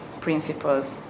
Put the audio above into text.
principles